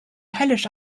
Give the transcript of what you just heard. höllisch